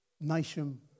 nation